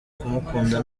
kumukunda